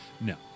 No